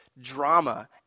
drama